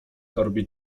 torbie